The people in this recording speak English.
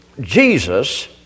Jesus